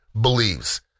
believes